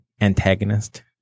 antagonist